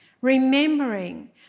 Remembering